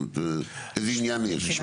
איזה עניין יש?